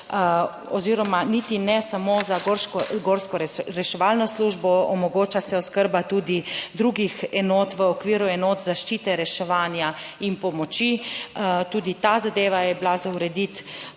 oziroma niti ne samo za gorsko reševalno službo, omogoča se oskrba tudi drugih enot v okviru enot zaščite, reševanja in pomoči. Tudi ta zadeva je bila za urediti,